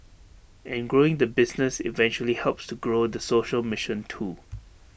and growing the business eventually helps to grow the social mission too